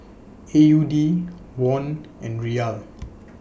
A U D Won and Riyal